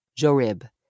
Jorib